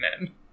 men